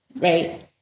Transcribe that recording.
right